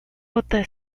vota